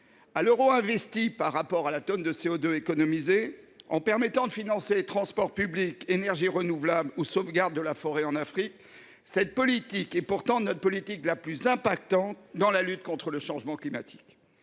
De l’euro investi à la tonne de CO2 économisée, en permettant de financer transports publics, énergies renouvelables ou sauvegarde de la forêt en Afrique, cette politique est pourtant notre politique la plus efficace en matière de lutte contre le changement climatique.